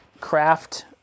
Craft